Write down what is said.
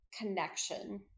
connection